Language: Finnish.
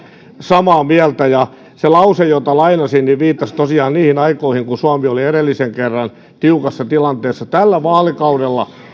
samaa mieltä se lause jota lainasin viittasi tosiaan niihin aikoihin kun suomi oli edellisen kerran tiukassa tilanteessa tällä vaalikaudella